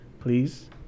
please